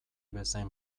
bezain